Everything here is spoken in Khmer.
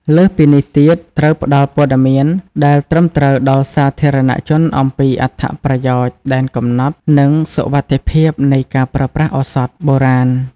លើសពីនេះទៀត ត្រូវផ្ដល់ព័ត៌មានដែលត្រឹមត្រូវដល់សាធារណជនអំពីអត្ថប្រយោជន៍ ដែនកំណត់ និងសុវត្ថិភាពនៃការប្រើប្រាស់ឱសថបុរាណ។